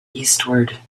eastward